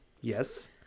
Yes